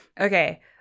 okay